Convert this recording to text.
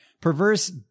Perverse